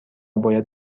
باید